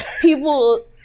people